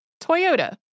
Toyota